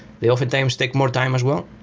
they often times take more time as well,